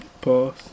Pause